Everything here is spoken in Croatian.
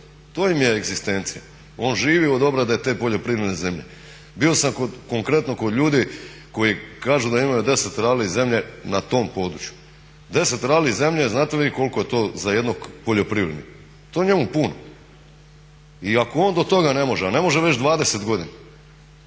to im je egzistencija. On živi od obrade te poljoprivredne zemlje. Bio sam konkretno kod ljudi koji kažu da imaju 10 rali zemlje na tom području. 10 rali zemlje, znate li vi koliko je to za jednog poljoprivrednika? To je njemu puno. I ako on do toga ne može, a ne može već 20 godina